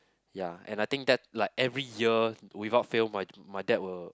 ya and I think that like every year without fail my my dad will